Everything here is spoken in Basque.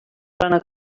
lana